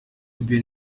ben